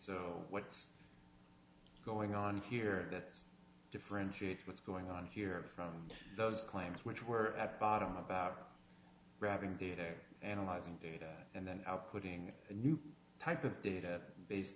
what's going on here that differentiates what's going on here from those claims which were at bottom about robbing peter analyzing data and then putting a new type of data based